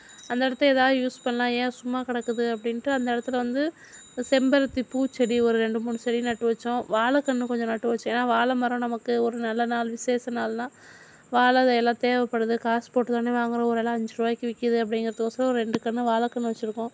அந்த இடத்த ஏதாவது யூஸ் பண்ணலாம் ஏன் சும்மா கிடக்குது அப்படின்ட்டு அந்த இடத்துல வந்து இப்போ செம்பருத்தி பூ செடி ஒரு ரெண்டு மூணு செடி நட்டு வைச்சோம் வாழை கன்று கொஞ்சம் நட்டு வைச்சோம் ஏன்னால் வாழைமரம் நமக்கு ஒரு நல்லநாள் விஷேச நாள்னால் வாழை இலைல தேவைப்படுது காசு போட்டுதானே வாங்கிறோம் ஒரு இலை அஞ்சு ரூபாயிக்கு விற்கிது அப்படிங்குறத்துக்கோசரம் ரெண்டு கன்று வாழை கன்று வச்சுருக்கோம்